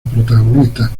protagonista